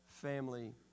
Family